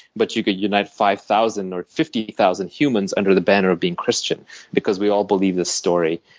but you could unite five thousand or fifty thousand humans under the banner of being christian because we all believe the story.